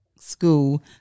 school